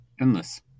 endless